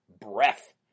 breath